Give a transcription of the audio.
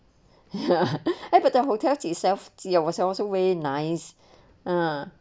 ah ya but the hotels itself was it was away nice ah